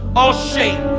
all shame,